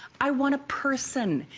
i want a person,